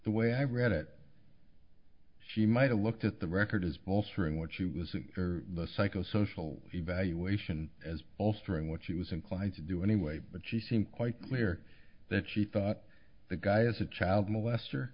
the way i read it she might have looked at the record as bolstering what she was in the psychosocial evaluation as bolstering what she was inclined to do anyway but she seemed quite clear that she thought the guy is a child molester